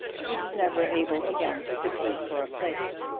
he was never able again to compete for a place.